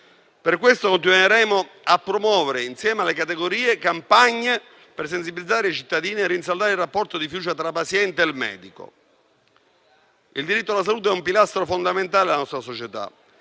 Per questo continueremo a promuovere, insieme alle categorie, campagne per sensibilizzare i cittadini e rinsaldare il rapporto di fiducia tra paziente e medico. Il diritto alla salute è un pilastro fondamentale della nostra società.